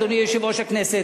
אדוני יושב-ראש הכנסת,